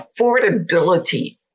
affordability